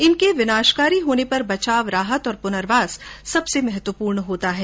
इनके विनाशकारी होने पर बचाव राहत और प्नर्वास सबसे महत्वपूर्ण होता है